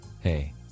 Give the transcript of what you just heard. Hey